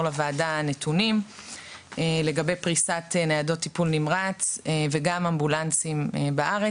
לוועדה נתונים לגבי פריסת ניידות טיפול נמרץ ואמבולנסים בארץ.